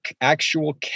actual